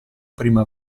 prima